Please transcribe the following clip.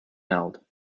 held